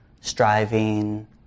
striving